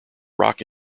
rock